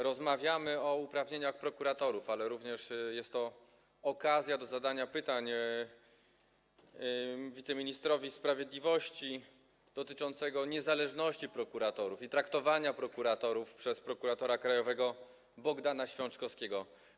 Rozmawiamy o uprawnieniach prokuratorów, ale również jest to okazja do zadania pytań wiceministrowi sprawiedliwości dotyczących niezależności prokuratorów i traktowania prokuratorów przez prokuratora krajowego Bogdana Święczkowskiego.